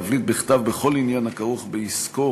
להבליט בכתב בכל עניין הכרוך בעסקו